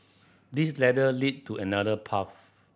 this ladder lead to another path